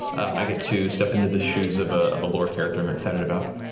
i get to step into the shoes of ah of a lore character i'm excited about.